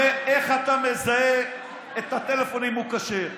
איך אתה מזהה את הטלפון אם הוא כשר?